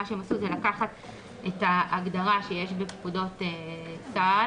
זה לקחת את ההגדרה שיש בפקודות צה"ל,